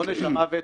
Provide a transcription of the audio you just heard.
עונש המוות